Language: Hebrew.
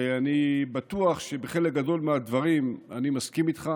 ואני בטוח שבחלק גדול מהדברים אני מסכים איתך,